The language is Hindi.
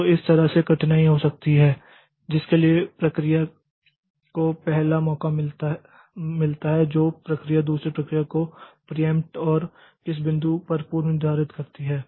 तो उस तरह से कठिनाई हो सकती है जिसके लिए प्रक्रिया को पहले मौका मिलता है जो प्रक्रिया दूसरी प्रक्रिया को प्रीयेंप्ट और किस बिंदु पर पूर्व निर्धारित करती है